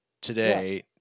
today